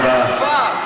חצופה.